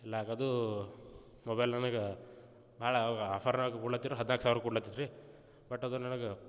ಎಲ್ಲಾಗದು mobile ನನ್ಗೆ ಭಾಳ ಆಫರ್ನಾಗ ಕೊಡಲಿತಿದ್ರು ಹದಿನಾಲ್ಕು ಸಾವ್ರ ಕೊಡಲಿತಿದ್ರು ರೀ ಬಟ್ ಅದು ನನಗೆ